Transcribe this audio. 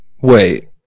Wait